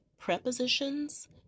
Prepositions